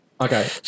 Okay